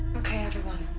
okay everyone.